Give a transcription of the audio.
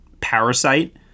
Parasite